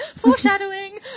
foreshadowing